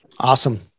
Awesome